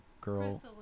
girl